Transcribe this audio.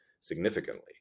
significantly